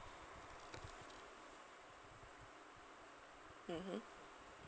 mmhmm